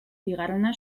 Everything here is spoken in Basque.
bigarrena